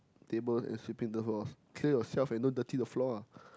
tables and sweeping the floor clear yourself and don't dirty the floor ah